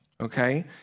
okay